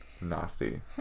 nasty